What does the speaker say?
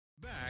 Back